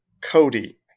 Cody